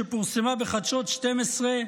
שפורסמה בחדשות 12,